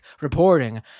reporting